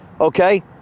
Okay